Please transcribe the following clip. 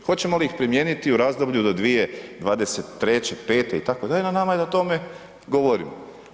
Hoćemo li ih primijeniti u razdoblju do 2023., '25., na nama je da o tome govorimo.